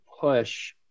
push